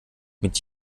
mit